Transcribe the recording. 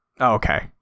Okay